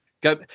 go